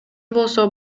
болсо